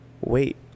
wait